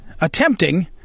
attempting